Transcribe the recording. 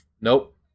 nope